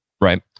right